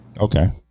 Okay